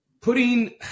Putting